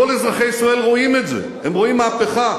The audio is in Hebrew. כל אזרחי ישראל רואים את זה, הם רואים מהפכה.